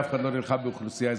אף אחד לא נלחם באוכלוסייה אזרחית.